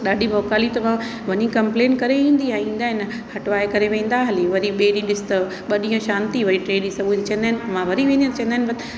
ॾाढी भौकाली त मां वञी कंप्लेन करे ईंदी आहियां ईंदा आहिनि हटवाए करे वेंदा हली वरी ॿिए ॾींहं ॾिस त ॿ ॾींहं शांती वरी टे सभु चईंदा आहिनि मां वरी वेंदी आहियां चवंदा आहिनि